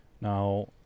now